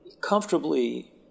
comfortably